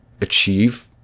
achieve